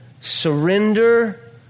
surrender